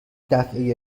دفعه